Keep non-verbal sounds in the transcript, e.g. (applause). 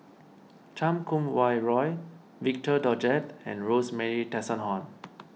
Chan Kum Wah Roy Victor Doggett and Rosemary (unintelligible)